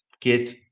get